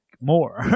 more